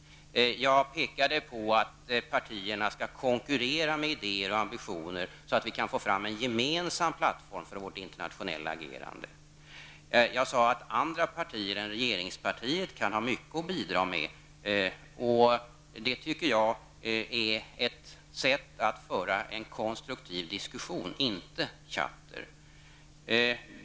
Jag pekade på att partierna skall konkurrera med idéer och ambitioner så att vi kan få fram en gemensam plattform för vårt internationella agerande. Jag sade att andra partier än regeringspartiet kan ha mycket att bidra med -- det tycker jag är ett sätt att föra en konstruktiv diskussion och inte tjatter.